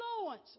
influence